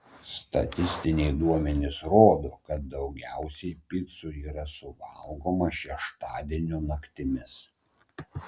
statistiniai duomenys rodo kad daugiausiai picų yra suvalgomą šeštadienio naktimis